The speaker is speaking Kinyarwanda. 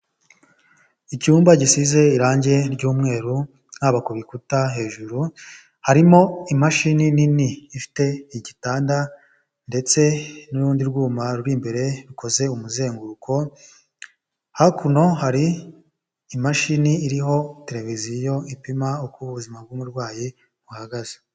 Icyumba gisize irangi ry'umweru haba kukuta hejuru harimo imashini nini ifite igitanda ndetse n'urundi rwuma ruri imbere rukoze umuzenguruko hakuno hari imashini iriho televiziyo ipima uko ubuzima bw'umurwayi buhagaze.